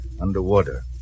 underwater